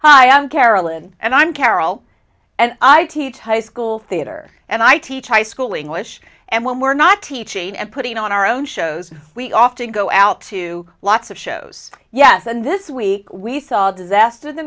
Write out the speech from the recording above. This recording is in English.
hi i'm carolyn and i'm carol and i teach high school theater and i teach high school english and when we're not teaching and putting on our own shows we often go out to lots of shows yes and this week we saw a disaster the